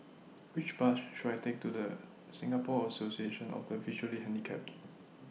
Which Bus should I Take to The Singapore Association of The Visually Handicapped